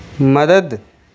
مدد